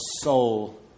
soul